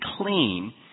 clean